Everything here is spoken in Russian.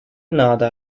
надо